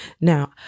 Now